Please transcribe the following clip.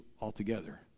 altogether